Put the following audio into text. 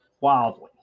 Wildly